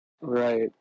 right